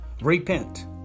repent